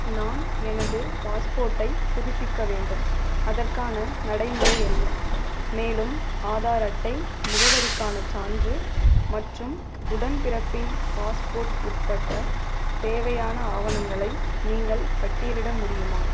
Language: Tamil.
நான் எனது பாஸ்போர்ட்டை புதுப்பிக்க வேண்டும் அதற்கான நடைமுறை என்ன மேலும் ஆதார் அட்டை முகவரிக்கான சான்று மற்றும் உடன்பிறப்பின் பாஸ்போர்ட் உட்பட தேவையான ஆவணங்களை நீங்கள் பட்டியலிட முடியுமா